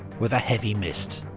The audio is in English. with a heavy mist.